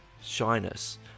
shyness